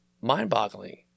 mind-boggling